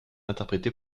interprété